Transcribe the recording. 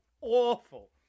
awful